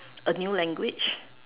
a new language